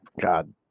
God